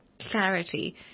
clarity